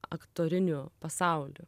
aktoriniu pasauliu